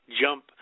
jump